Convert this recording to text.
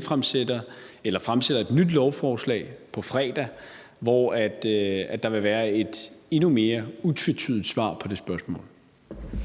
fremsætter et nyt lovforslag på fredag, hvor der vil være et endnu mere utvetydigt svar på det spørgsmål.